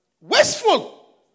Wasteful